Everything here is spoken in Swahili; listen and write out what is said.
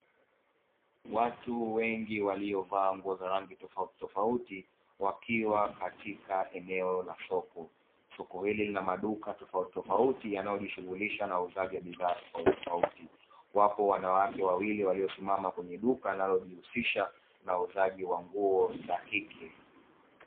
Watu wengi waliovaa nguo za rangi tofauti tofauti wakiwa katika eneo la soko soko hili lina maduka tofautitofauti, yanayojishughulisha na uuzaji wa bidhaa tofautitouti wapo wanawake wawili waliosimama kwenye duka linalijihusisha nauuzaji wa nguo za kike.